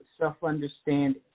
self-understanding